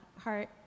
Heart